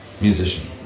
musician